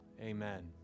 Amen